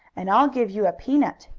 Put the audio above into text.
and i'll give you a peanut.